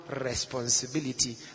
responsibility